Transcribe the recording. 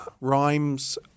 rhymes